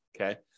Okay